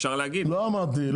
אפשר להגיד- -- לא אמרתי.